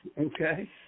Okay